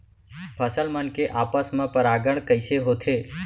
फसल मन के आपस मा परागण कइसे होथे?